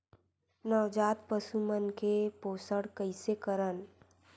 नवजात पशु मन के पोषण कइसे करन?